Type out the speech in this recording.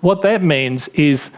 what that means is